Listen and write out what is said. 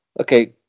okay